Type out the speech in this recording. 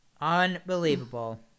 Unbelievable